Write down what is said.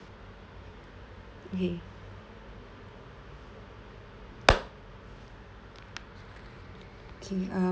okay okay uh